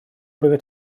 byddet